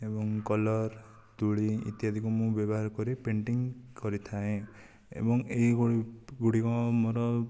ଏବଂ କଲର ତୁଳି ଇତ୍ୟାଦିକୁ ମୁଁ ବ୍ୟବହାର କରି ପେଣ୍ଟିଙ୍ଗ କରିଥାଏ ଏବଂ ଏହି ଗୁଡ଼ିକ ମୋର